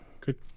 Good